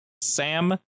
Sam